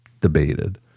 debated